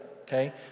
okay